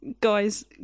guys